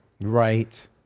right